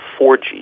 4G